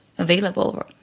Available